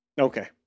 Okay